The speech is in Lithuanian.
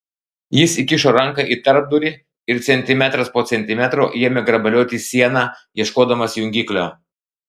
jis įkišo ranką į tarpdurį ir centimetras po centimetro ėmė grabalioti sieną ieškodamas jungiklio